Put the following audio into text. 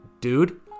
dude